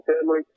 family